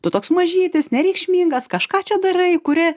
tu toks mažytis nereikšmingas kažką čia darai kuri